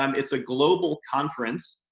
um it's a global conference.